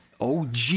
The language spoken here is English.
OG